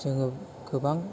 जोङो गोबां